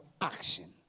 action